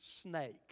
snake